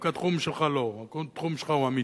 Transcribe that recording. דווקא התחום שלך לא, התחום שלך הוא אמיתי.